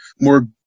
more